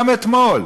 גם אתמול,